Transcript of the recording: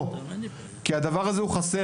תכניתו"; הדבר הזה חסר.